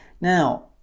Now